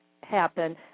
happen